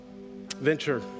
venture